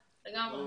לגמרי.